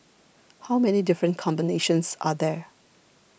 how many different combinations are there